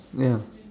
ya